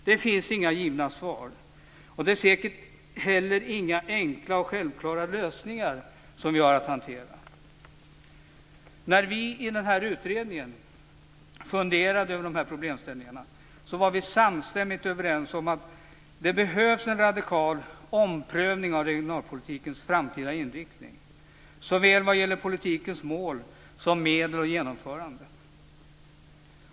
Det finns inga givna svar, och det är säkert heller inga enkla eller självklara lösningar som vi har att hantera. När vi i den här utredningen funderade över dessa problemställningar var vi samstämmigt överens om att det behövs en radikal omprövning av regionalpolitikens framtida inriktning, såväl vad gäller politikens mål som medel och genomförande.